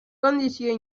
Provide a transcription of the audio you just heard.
condició